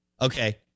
Okay